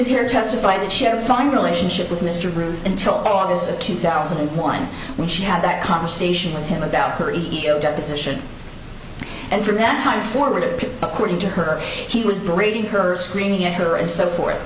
mishear testify that she had a fine relationship with mr group until august of two thousand and one when she had that conversation with him about her e mail deposition and from that time forward according to her he was breaking her screaming at her and so forth